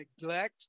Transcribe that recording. neglect